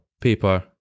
paper